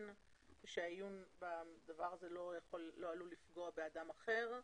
ושהעיון בדבר הזה לא עלול לפגוע באדם אחר.